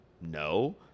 no